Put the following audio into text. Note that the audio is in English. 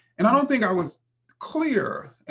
and i don't think i was clear.